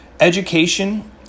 Education